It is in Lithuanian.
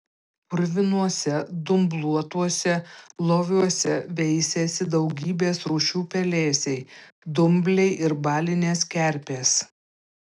purvinuose dumbluotuose loviuose veisėsi daugybės rūšių pelėsiai dumbliai ir balinės kerpės